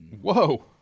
Whoa